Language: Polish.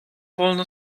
wolno